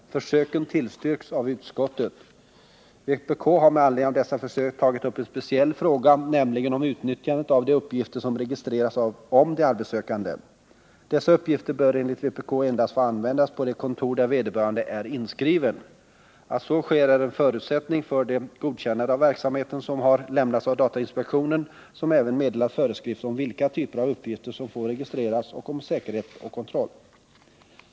Försöken tillstyrks av utskottet. Vpk har med anledning av dessa försök tagit upp en speciell fråga, nämligen om utnyttjandet av de uppgifter som registreras om de arbetssökande. Dessa uppgifter bör enligt vpk endast få användas på de kontor där vederbörande är inskrivna. Att så sker är en förutsättning för det godkännande av verksamheten som har lämnats av datainspektionen, som även meddelat föreskrifter om vilka typer av uppgifter som får registreras och om säkerhet och kontroll.